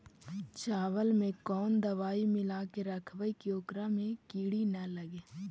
चावल में कोन दबाइ मिला के रखबै कि ओकरा में किड़ी ल लगे?